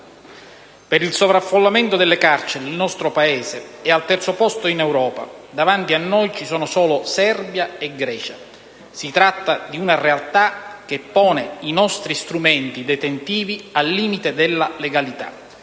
Per il sovraffollamento delle carceri il nostro Paese è al terzo posto in Europa; davanti a noi ci sono solo Serbia e Grecia. Si tratta di una realtà che pone i nostri strumenti detentivi al limite della legalità,